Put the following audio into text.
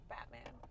Batman